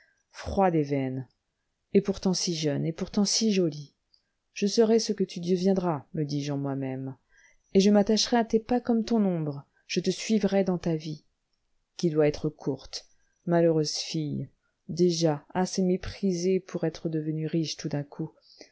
froide et vaine et pourtant si jeune et pourtant si jolie je saurai ce que tu deviendras me dis-je en moi-même je m'attacherai à tes pas comme ton ombre je te suivrai dans ta vie qui doit être courte malheureuse fille déjà assez méprisée pour être devenue riche tout d'un coup